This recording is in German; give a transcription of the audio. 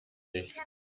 nicht